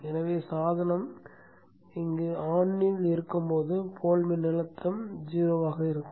எனவே சாதனம் இங்கு on ஆக இருக்கும் போது போல் மின்னழுத்தத்தில் 0 ஆக இருக்கும்